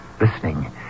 listening